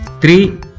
three